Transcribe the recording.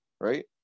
right